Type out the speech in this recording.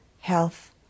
health